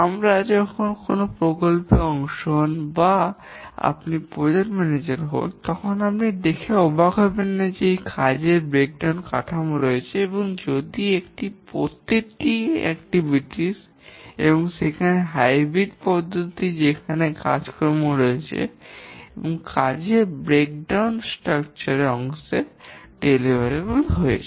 আপনি যখন কোনও প্রকল্পের অংশ হন বা আপনি প্রকল্প ম্যানেজার হন তা দেখে অবাক হবেন না যে আমাদের কাজের ব্রেকডাউন কাঠামো রয়েছে যেখানে এটির প্রতিটিই কার্যক্রম এবং সেখানে hybrid পদ্ধতি যেখানে কাজকর্ম রয়েছে এবং কাজের ভাঙ্গন গঠন এর অংশ হিসাবে বিতরণযোগ্য হয়েছে